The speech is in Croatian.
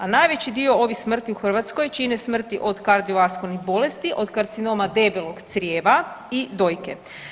A najveći dio ovih smrti u Hrvatskoj čine smrti od kardiovaskularnih bolesti, od karcinoma debelog crijeva i dojke.